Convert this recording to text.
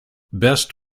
best